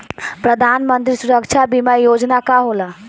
प्रधानमंत्री सुरक्षा बीमा योजना का होला?